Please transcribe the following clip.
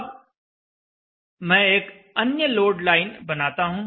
अब मैं एक अन्य लोड लाइन बनाता हूं